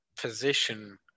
position